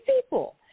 people